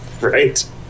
right